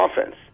offense